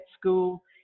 school